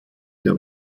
der